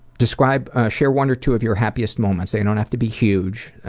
describe, share one or two of your happiest moments. they don't have to be huge.